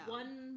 one